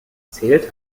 zählt